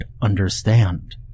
understand